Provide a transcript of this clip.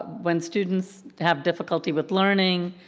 when students have difficulty with learning,